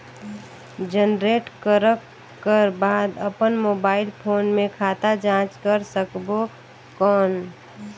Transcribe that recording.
Generate करक कर बाद अपन मोबाइल फोन मे खाता जांच कर सकबो कौन?